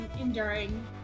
enduring